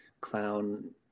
Clown